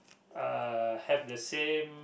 uh have the same